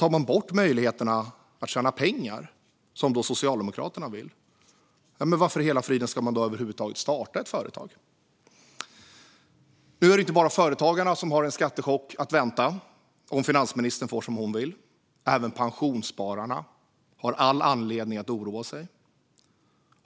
Tar man bort möjligheterna att tjäna pengar, som Socialdemokraterna vill, varför i hela friden ska man då över huvud taget starta ett företag? Nu är det inte bara företagarna som har en skattechock att vänta om finansministern får som hon vill. Även pensionsspararna har all anledning att oroa sig.